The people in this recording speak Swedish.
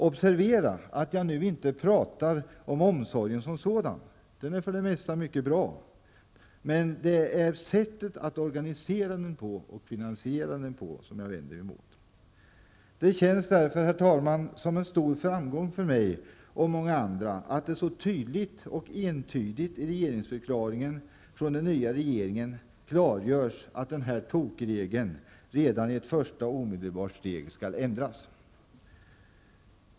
Observera att jag nu inte pratar om omsorgen som sådan. Den är för det mesta mycket bra. Men det är sättet att organisera och finansiera den på som jag vänder mig emot. Herr talman! Därför känns det som en stor framgång för mig och många andra, att det klargörs så tydligt och entydigt i regeringsförklaringen från den nya regeringen att den här ''tokregeln'' redan med ett första och omedelbart steg skall ändras.